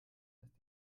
ist